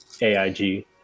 AIG